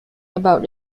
about